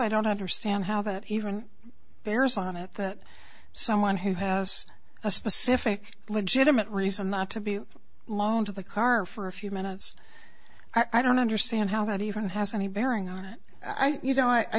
i don't understand how that even bears on it that someone who has a specific legitimate reason not to be loaned to the car for a few minutes i don't understand how that even has any bearing on it i think you know i